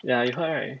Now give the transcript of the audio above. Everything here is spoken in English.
ya you heard right